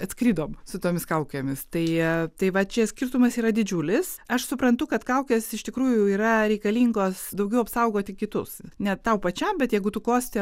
atskridom su tomis kaukėmis tai tai va čia skirtumas yra didžiulis aš suprantu kad kaukės iš tikrųjų yra reikalingos daugiau apsaugoti kitus ne tau pačiam bet jeigu tu kosti